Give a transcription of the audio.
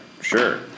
Sure